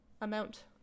amount